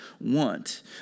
want